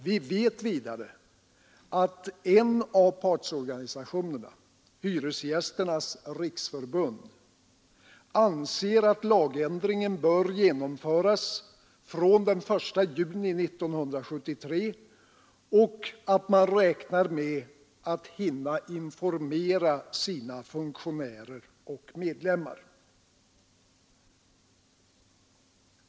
Vi vet vidare att en av partsorganisationerna — Hyresgästernas riksförbund — anser att lagändringen bör genomföras från den 1 juni 1973 och att man räknar med att hinna informera sina funktionärer och medlemmar.